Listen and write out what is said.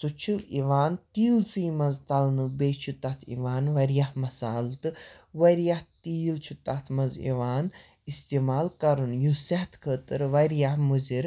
سُہ چھُ یِوان تیٖلسٕے منٛز تَلنہٕ بیٚیہِ چھُ تَتھ یِوان واریاہ مصالہٕ تہٕ واریاہ تیٖل چھُ تَتھ منٛز یِوان اِستعمال کَرنہٕ یُس صحتہٕ خٲطرٕ واریاہ مُضِر